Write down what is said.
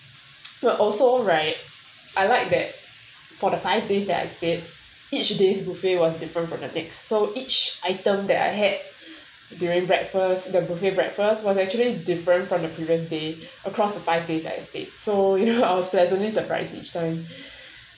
also right I like that for the five days that I stayed each day's buffet was different from the next so each item that I had during breakfast the buffet breakfast was actually different from the previous day across the five days I stayed so you know I was pleasantly surprised each time